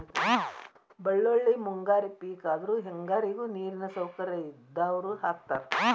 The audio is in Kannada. ಬಳ್ಳೋಳ್ಳಿ ಮುಂಗಾರಿ ಪಿಕ್ ಆದ್ರು ಹೆಂಗಾರಿಗು ನೇರಿನ ಸೌಕರ್ಯ ಇದ್ದಾವ್ರು ಹಾಕತಾರ